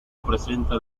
representa